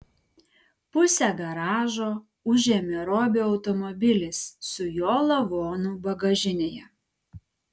pusę garažo užėmė robio automobilis su jo lavonu bagažinėje